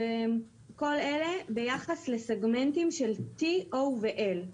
כל אלה ביחס לסגמנטים של T, O ו-L.